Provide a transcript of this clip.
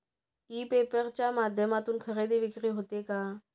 E paper च्या माध्यमातून खरेदी विक्री होते का?